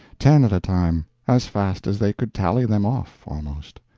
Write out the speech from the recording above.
ten at a time, as fast as they could tally them off, almost.